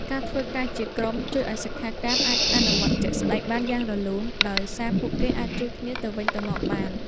ការធ្វើការជាក្រុមជួយឲ្យសិក្ខាកាមអាចអនុវត្តជាក់ស្ដែងបានយ៉ាងរលូន ដោយសារពួកគេអាចជួយគ្នាទៅវិញទៅមកបាន។